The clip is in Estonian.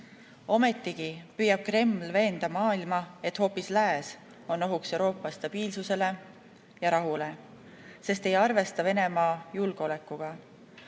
Ometigi püüab Kreml veenda maailma, et hoopis lääs on ohuks Euroopa stabiilsusele ja rahule, sest ei arvesta Venemaa julgeolekuga.